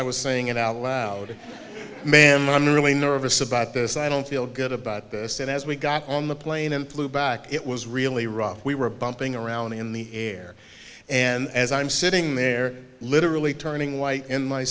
i was saying it out loud man i'm really nervous about this i don't feel good about this and as we got on the plane and flew back it was really rough we were bumping around in the air and as i'm sitting there literally turning white in my